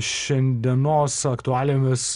šiandienos aktualijomis